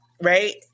right